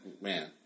man